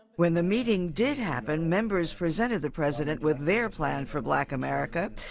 when the meeting did happen, members presented the president with their plan for black america.